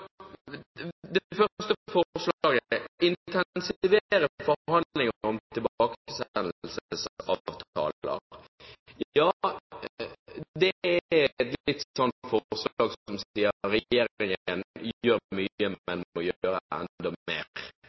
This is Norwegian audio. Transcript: Det første forslaget – intensivere forhandlingene om tilbakesendelsesavtaler: Det er et forslag som sier at regjeringen gjør mye, men at den må gjøre enda mer.